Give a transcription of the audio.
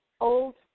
old